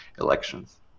elections